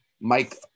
Mike